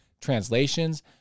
translations